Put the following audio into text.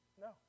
No